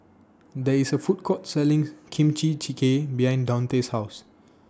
There IS A Food Court Selling Kimchi Jjigae behind Daunte's House